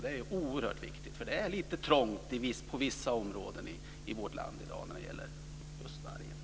Det är oerhört viktigt för det är lite trångt i vissa områden i vårt land i dag när det gäller vargen.